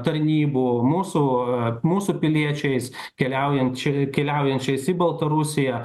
tarnybų mūsų mūsų piliečiais keliaujančia keliaujančiais į baltarusiją